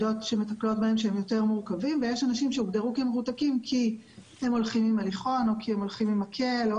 אין בעיית זמינות, אין בעיית נגישות של השירות.